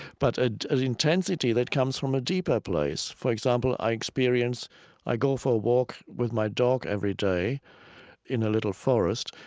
but ah an intensity that comes from a deeper place. for example, i experience i go for a walk with my dog every day in a little forest,